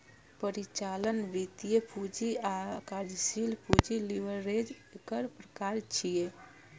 परिचालन, वित्तीय, पूंजी आ कार्यशील पूंजी लीवरेज एकर प्रकार छियै